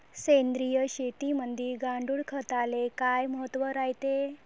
सेंद्रिय शेतीमंदी गांडूळखताले काय महत्त्व रायते?